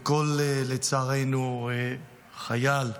וכל חייל,